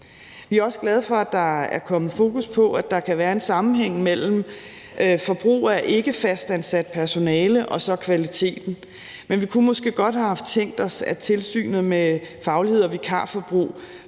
Vi er også glade for, at der er kommet fokus på, at der kan være en sammenhæng mellem forbrug af ikkefastansat personale og kvaliteten. Men vi kunne måske godt have haft tænkt os, at tilsynet med faglighed og vikarforbrug